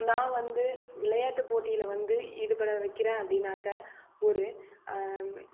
நான் வந்து விளையாட்டு போட்டியில் வந்து ஈடுபட வைக்கிறேன் அப்படின்னாக்கா ஒரு